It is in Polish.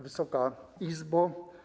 Wysoka Izbo!